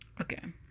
Okay